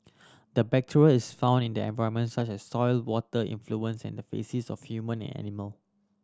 the bacteria is found in the environment such as soil water effluents and the faces of human and animal